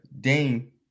Dane